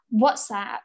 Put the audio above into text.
WhatsApp